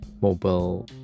mobile